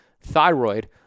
thyroid